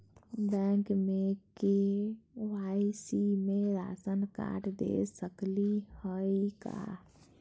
Bank में KYC में ration card दे सकली हई का?